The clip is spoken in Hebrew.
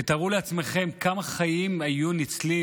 תתארו לעצמכם כמה חיים היו ניצלים